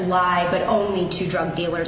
lie but only to drug dealers